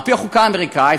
על-פי החוקה האמריקנית,